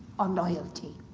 on loyalty.